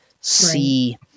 see